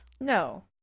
No